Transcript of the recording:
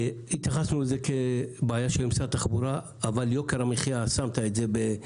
התייחסנו לזה כבעיה של משרד התחבורה אבל יוקר המחיה --- בדגש.